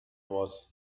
was